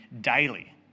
daily